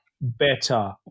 better